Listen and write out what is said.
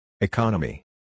Economy